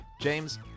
James